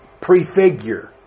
prefigure